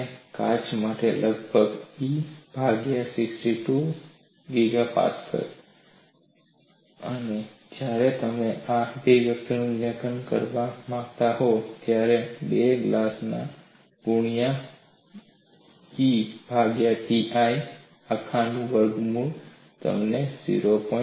અને કાચ માટે E લગભગ 62 GPa છે અને જ્યારે તમે આ અભિવ્યક્તિનું મૂલ્યાંકન કરવા માંગતા હો ત્યારે 2 ગામા ગ્લાસ ગુણ્યા E ભાગ્યા pi આખનું વર્ગમૂળ તમને 0